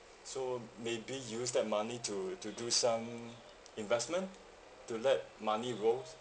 so maybe use that money to to do some investment to let money rolls